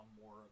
more